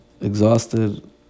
exhausted